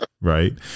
right